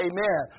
Amen